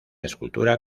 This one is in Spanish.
escultura